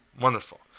Wonderful